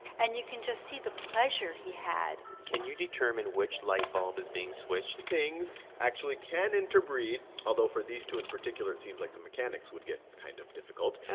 and you can just see the pleasure he had. can you determine which light bulb is being switched? things actually can interbreed, although for these two in particular, it seems like the mechanics would get kind of difficult.